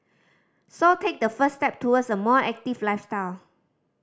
so take the first step towards a more active lifestyle